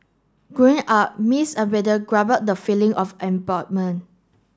growing up Miss Abbott grappled the feeling of